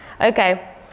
Okay